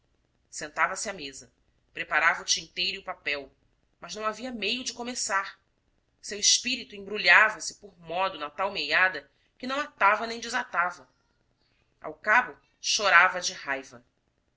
sentava-se à mesa preparava o tinteiro e o papel mas não havia meio de começar seu espírito embrulhava se por modo na tal meiada que não atava nem desatava ao cabo chorava de raiva